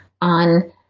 on